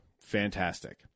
fantastic